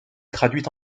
traduite